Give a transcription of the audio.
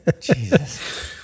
Jesus